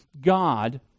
God